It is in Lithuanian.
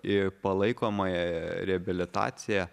į palaikomąją reabilitaciją